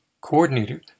Coordinator